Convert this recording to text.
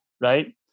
right